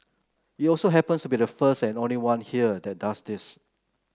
it also happens to be the first and only one here that does this